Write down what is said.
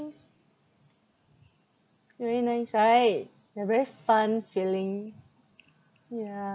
really nice right that very fun feeling yeah